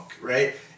right